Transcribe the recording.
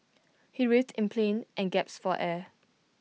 he writhed in plink and gasped for air